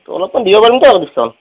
অলপমান দিব পাৰিম দে দুপিচ মান